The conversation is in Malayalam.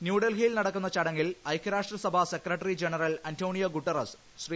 ന്യൂഡൽഹിയിൽ നടക്കുന്ന ചടങ്ങിൽ ഐക്യരാഷ്ട്ര സഭ secretary general Antonio Guterres Shri